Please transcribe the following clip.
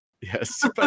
Yes